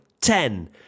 ten